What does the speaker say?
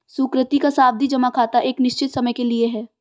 सुकृति का सावधि जमा खाता एक निश्चित समय के लिए है